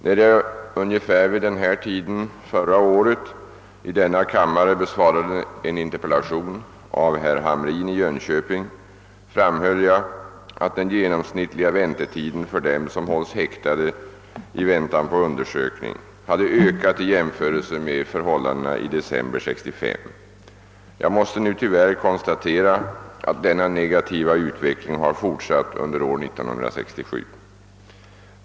När jag ungefär vid denna tid förra året i denna kammare besvarade en interpellation av herr Hamrin i Jönköping så framhöll jag, att den genomsnittliga väntetiden för dem som hålls häktade i väntan på undersökning hade ökat i jämförelse med förhållandena i december 1965. Jag måste nu tyvärr konstatera att denna negativa utveckling fortsatt under 1967.